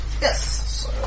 Yes